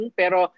pero